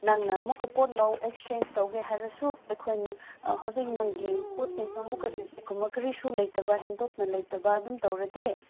ꯅꯪꯅ ꯑꯃꯨꯛꯀ ꯄꯣꯠ ꯂꯧ ꯑꯦꯛꯆꯦꯟꯁ ꯇꯧꯒꯦ ꯍꯥꯏꯔꯁꯨ ꯑꯩꯈꯣꯏꯅ ꯍꯧꯖꯤꯛ ꯅꯪꯒꯤ ꯄꯣꯠ ꯆꯩꯗꯣ ꯑꯃꯨꯛꯀ ꯔꯤꯖꯦꯛꯀꯨꯝꯕ ꯀꯔꯤꯁꯨ ꯂꯩꯇꯕ ꯍꯦꯟꯗꯣꯛꯅ ꯂꯩꯇꯕ ꯑꯗꯨꯝ ꯇꯧꯔꯗꯤ